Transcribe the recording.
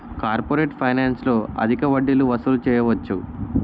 corporate ఫైనాన్స్లో అధిక వడ్డీలు వసూలు చేయవచ్చు